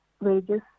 wages